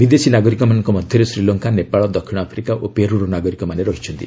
ବିଦେଶୀ ନାଗରିକମାନଙ୍କ ମଧ୍ୟରେ ଶ୍ରୀଲଙ୍କା ନେପାଳ ଦକ୍ଷିଣ ଆଫ୍ରିକା ଓ ପେରୁର ନାଗରିକମାନେ ରହିଛନ୍ତି